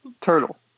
turtle